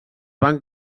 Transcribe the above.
van